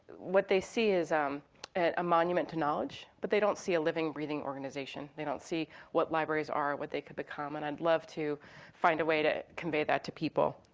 what they see is um and a monument to knowledge, but they don't see a living, breathing organization. they don't see what libraries are, what they could become, and i'd love to find a way to convey that to people.